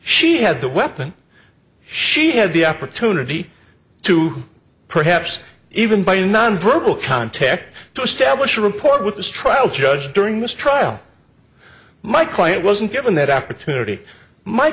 she had the weapon she had the opportunity to perhaps even by nonverbal contact to establish a report with this trial judge during this trial my client wasn't given that opportunity my